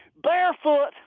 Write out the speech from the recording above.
barefoot.